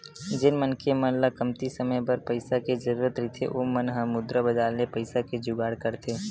जेन मनखे मन ल कमती समे बर पइसा के जरुरत रहिथे ओ मन ह मुद्रा बजार ले पइसा के जुगाड़ करथे